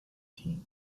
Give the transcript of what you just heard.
team